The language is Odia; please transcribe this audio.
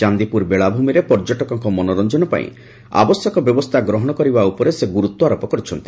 ଚାଦିପୁର ବେଳାଭୂମିରେ ପର୍ଯ୍ୟଟକଙ୍କ ମନୋରଞ୍ଞନ ପାଇଁ ଆବଶ୍ୟକ ବ୍ୟବସ୍ରା ଗ୍ରହଶ କରିବା ଉପରେ ସେ ଗୁରୁତ୍ୱାରୋପ କରିଛନ୍ତି